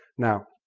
now,